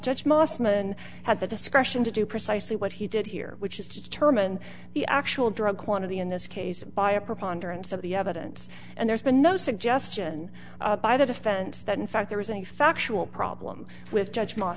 judge mosman had the discretion to do precisely what he did here which is to determine the actual drug quantity in this case by a preponderance of the evidence and there's been no suggestion by the defense that in fact there was any factual problem with judge m